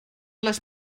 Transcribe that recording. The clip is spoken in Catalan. les